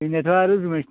जोंनिआथ' आरो जुमाइ